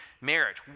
marriage